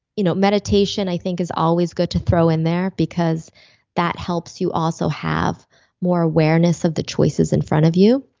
you know meditation i think is always good to throw in there because that helps you also have more awareness of the choices in front of you